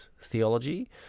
theology